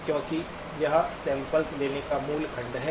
क्योंकि यह सैम्पल्स लेने पर मूल खंड है